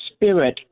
spirit